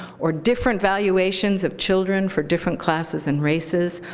or different valuations of children for different classes and races,